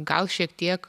gal šiek tiek